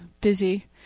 busy